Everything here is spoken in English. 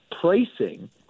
pricing